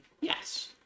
yes